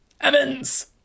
Evans